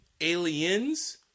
Aliens